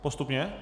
Postupně?